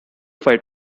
fight